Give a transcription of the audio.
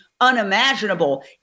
unimaginable